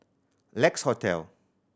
Lex Hotel